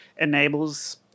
enables